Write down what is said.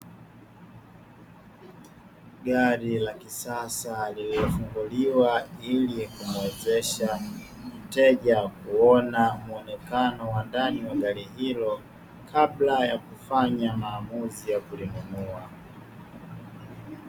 Gari la kisasa lililofunguliwa, ili kumuwezesha mteja kuona muonekano wa ndani wa gari hilo kabla ya kufanya maamuzi ya kulinunua.